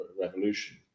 revolution